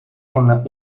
con